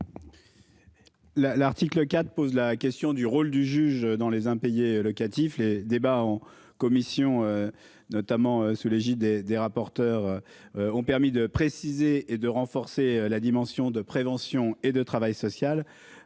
l'article 4 pose la question du rôle du juge dans les impayés locatifs les débats en commission. Notamment sous l'égide des rapporteurs. Ont permis de préciser et de renforcer la dimension de prévention et de travail social.